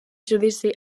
judici